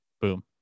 boom